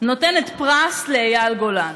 נותנת פרס לאייל גולן.